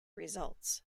results